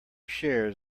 shares